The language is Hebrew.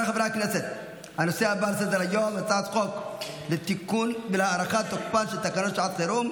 אני קובע כי הצעת חוק לתיקון פקודת העיריות (הוראת שעה,